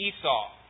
Esau